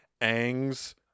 ang's